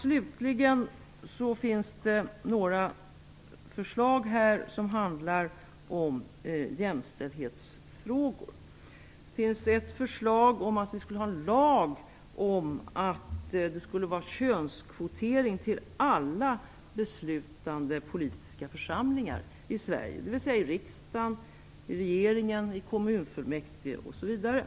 Slutligen finns det några förslag här som handlar om jämställdhetsfrågor. Det finns ett förslag om att vi skulle ha en lag om att det skulle vara könskvotering till alla beslutande politiska församlingar i Sverige, dvs. riksdagen, regeringen, kommunfullmäktige osv.